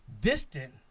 distant